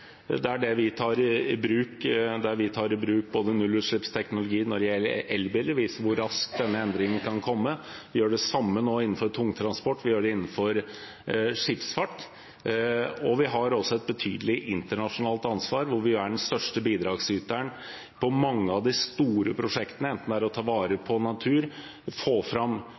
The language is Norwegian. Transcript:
vi ved å ta i bruk nullutslippsteknologi når det gjelder elbiler, viser hvor raskt denne endringen kan komme. Vi gjør det samme nå innenfor tungtransport, og vi gjør det innenfor skipsfart. Vi har også et betydelig internasjonalt ansvar, hvor vi er den største bidragsyteren på mange av de store prosjektene – det er å ta vare på natur, få fram